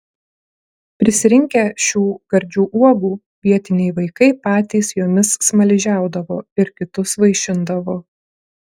prisirinkę šių gardžių uogų vietiniai vaikai patys jomis smaližiaudavo ir kitus vaišindavo